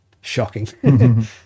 shocking